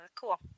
Cool